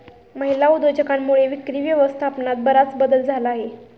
महिला उद्योजकांमुळे विक्री व्यवस्थापनात बराच बदल झाला आहे